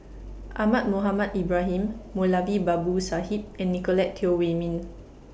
Ahmad Mohamed Ibrahim Moulavi Babu Sahib and Nicolette Teo Wei Min